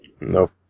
Nope